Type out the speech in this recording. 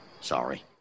Sorry